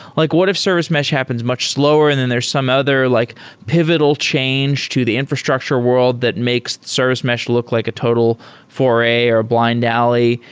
like what if service mesh happens much slower and then there's some other like pivotal change to the infrastructure world that makes service mesh look like a total foray, or a blind alley?